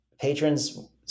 patrons